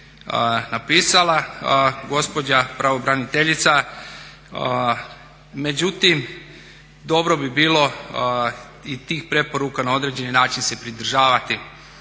napisala gospođa pravobraniteljica. Međutim, dobro bi bilo i tih preporuka na određenih način se pridržavati.